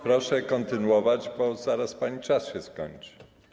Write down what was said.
Proszę kontynuować, bo zaraz pani czas się skończy.